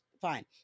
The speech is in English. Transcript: fine